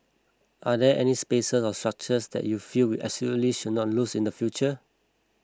are there any space or structures that you feel we absolutely should not lose in the future